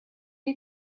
had